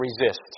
resist